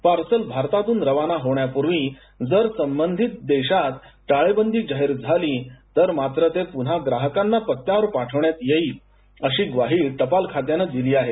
parcel भारतातून रवाना होण्यापुर्वी जर संबंधित देशात टाळेबंदी जाहीर झाली तर मात्र ते पुन्हा ग्राहकांना पत्त्यावर पाठविण्यात येईल अशी ग्वाही टपाल खात्यानं दिली आहे